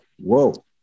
whoa